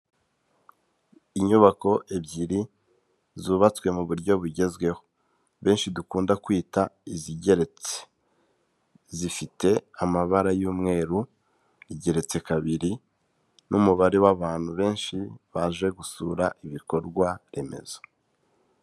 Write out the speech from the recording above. Inyubako ebyiri, zubatswe mu buryo bugezweho, benshi dukunda kwita izigeretse, zifite amabara y'umweru, igeretse kabiri n'umubare w'abantu benshi, baje gusura ibikorwa remezo.